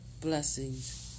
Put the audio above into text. Blessings